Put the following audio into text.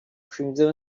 crimson